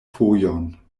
fojon